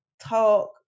talk